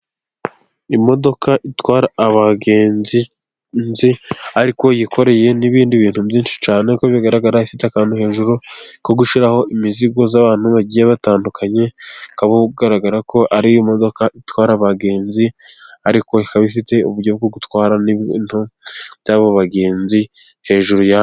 Imodoka itwara abagenzi ariko yikoreye n'ibindi bintu byinshi cyane kuko bigaragara ko ifite akantu hejuru ko gushiraho imizigo y'abantu bagiye batandukanye. Biragaragara ko ari imodoka itwara abagenzi ariko ikaba ifite uburyo bwo gutwara n'ibyabo bagenzi hejuru yayo.